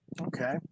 Okay